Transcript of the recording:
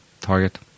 target